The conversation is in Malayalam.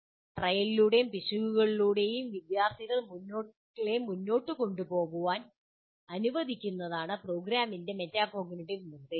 ട്രയലിലൂടെയും പിശകുകളിലൂടെയും വിദ്യാർത്ഥികളെ മുന്നോട്ട് പോകാൻ അനുവദിക്കുന്നതാണ് പ്രോഗ്രാമിംഗിന്റെ മെറ്റാകോഗ്നിറ്റീവ് നിർദ്ദേശം